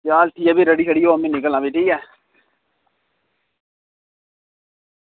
आं चल भी रेडी हो में निकलना ठीक ऐ